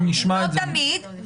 לא תמיד.